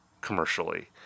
commercially